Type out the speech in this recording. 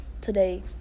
Today